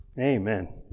Amen